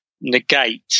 negate